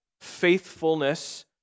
faithfulness